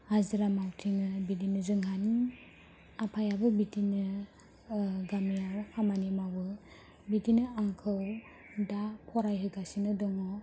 हाजिरा मावथिङो बिदिनो जोंहानि आफायाबो बिदिनो गामियाव खामानि मावो बिदिनो आंखौ दा फरायहोगासिनो दङ